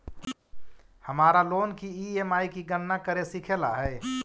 हमारा लोन की ई.एम.आई की गणना करे सीखे ला हई